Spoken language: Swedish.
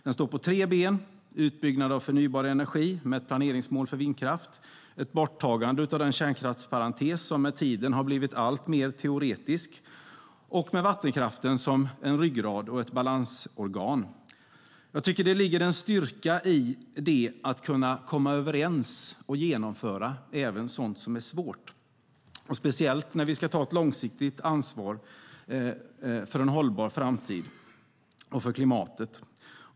Den står på tre ben: utbyggnad av förnybar energi med ett planeringsmål för vindkraft, ett borttagande av den kärnkraftsparentes som med tiden har blivit alltmer teoretisk och vattenkraften som ryggrad och balansorgan. Jag tycker att det ligger en styrka i att kunna komma överens och genomföra även sådant som är svårt, speciellt när vi ska ta ett långsiktigt ansvar för en hållbar framtid och för klimatet.